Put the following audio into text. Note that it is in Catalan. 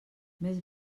més